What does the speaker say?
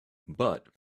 but